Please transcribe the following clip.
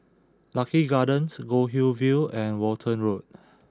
Lucky Gardens Goldhill View and Walton Road